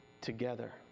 together